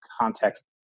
context